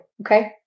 Okay